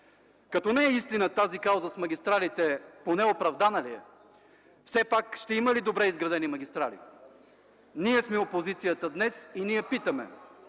Като не е истина тази кауза с магистралите, поне оправдана ли е? Все пак ще има ли добре изградени магистрали? Ние сме опозицията днес и ние питаме!